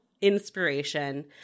inspiration